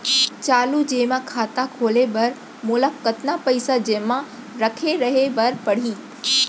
चालू जेमा खाता खोले बर मोला कतना पइसा जेमा रखे रहे बर पड़ही?